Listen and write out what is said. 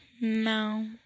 No